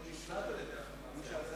אבל הוא נשלט על-ידי ה"חמאס".